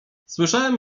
słyszałem